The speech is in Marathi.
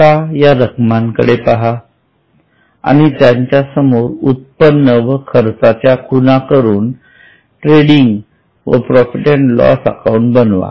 आता या रक्कमांकडे पहा आणि त्यासमोर उत्त्पन्न व खर्चाच्या खुणा करून ट्रेडिंग व प्रॉफिट अँड लॉस अकाउंट बनवा